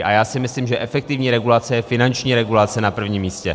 A já si myslím, že efektivní regulace je finanční regulace na prvním místě.